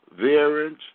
variance